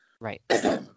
Right